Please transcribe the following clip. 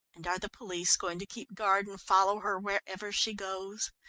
and are the police going to keep guard and follow her wherever she goes?